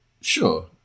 Sure